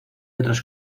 otras